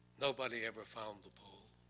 nobody ever found the